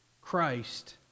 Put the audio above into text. Christ